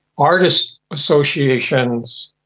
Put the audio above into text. artist associations,